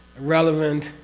relevant,